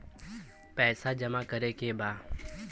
पैसा जमा करे के बा?